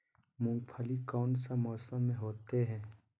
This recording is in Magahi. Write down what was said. मूंगफली कौन सा मौसम में होते हैं?